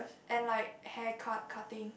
and like hair cut cutting